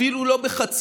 אפילו לא ב-0.5%,